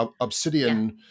obsidian